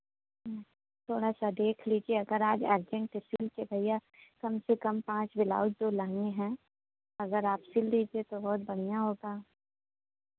थोड़ा सा देख लीजिए अगर आज अर्जेंट सिल कर भैया कम से कम पाँच ब्लाउज दो लहँगे हैं अगर आप सिल दीजिए तो बहुत बढ़ियाँ होगा